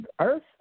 earth